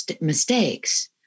mistakes